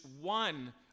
one